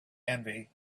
envy